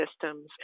systems